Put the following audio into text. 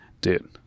dude